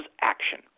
action